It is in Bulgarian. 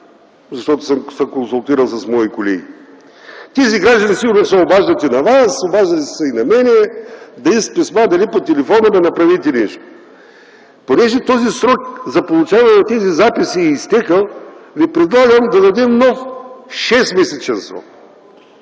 защото съм се консултирал с мои колеги – тези граждани сигурно се обаждат и на вас, обаждат се и на мен дали с писма, дали по телефона – абе, направете нещо. Понеже срокът за получаване на тези записи е изтекъл, ви предлагам да дадем нов шестмесечен срок